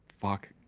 fuck